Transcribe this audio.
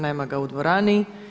Nema ga u dvorani.